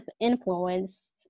influence